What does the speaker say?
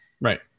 Right